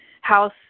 house